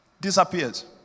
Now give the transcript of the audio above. disappears